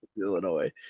Illinois